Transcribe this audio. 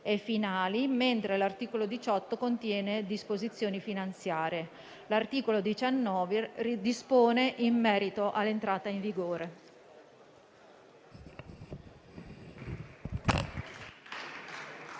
e finali, mentre l'articolo 18 contiene disposizioni finanziarie. L'articolo 19 dispone in merito all'entrata in vigore.